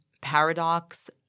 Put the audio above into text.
paradox